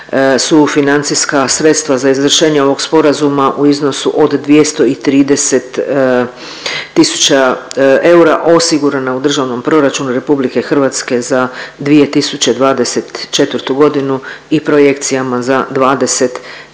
su financijska sredstva za izvršenje ovog sporazuma u iznosu od 230 tisuća eura osigurana u Državnom proračunu RH za 2024.g. i projekcijama za '25.